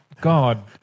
God